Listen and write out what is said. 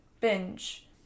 binge